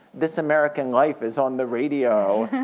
this american life is on the radio.